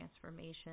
transformation